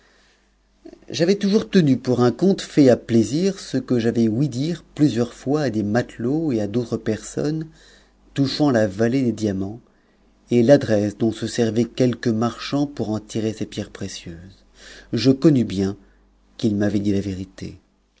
j'avais toujours tenu pour un conte fait à plaisir ce que j'avais m dire plusieurs fois à des matelots et à d'autres personnes touchant h vallée des diamants et l'adresse dont se servaient quelques marcha pour en tirer ces pierres précieuses je connus bien qu'ils m'avaiem dil la vérité